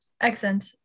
Excellent